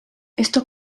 esto